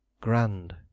grand